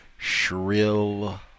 shrill